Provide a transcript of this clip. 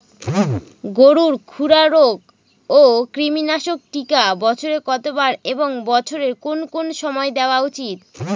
গরুর খুরা রোগ ও কৃমিনাশক টিকা বছরে কতবার এবং বছরের কোন কোন সময় দেওয়া উচিৎ?